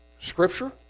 scripture